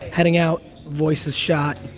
heading out, voice is shot,